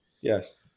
yes